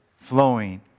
flowing